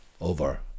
over